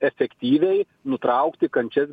efektyviai nutraukti kančias